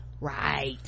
Right